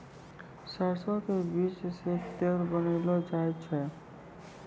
सरसों के बीज सॅ तेल बनैलो जाय छै